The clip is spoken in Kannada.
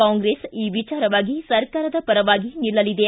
ಕಾಂಗ್ರೆಸ್ ಈ ವಿಚಾರವಾಗಿ ಸರ್ಕಾರದ ಪರವಾಗಿ ನಿಲ್ಲಲಿದೆ